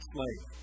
Slave